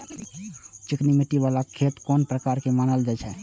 चिकनी मिट्टी बाला खेत कोन प्रकार के मानल जाय छै?